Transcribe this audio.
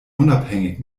unabhängig